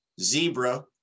zebra